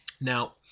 Now